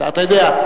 אתה יודע,